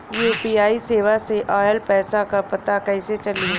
UPI सेवा से ऑयल पैसा क पता कइसे चली?